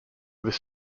this